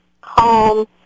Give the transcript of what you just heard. calm